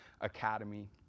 Academy